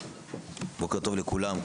בוקר טוב לכולם,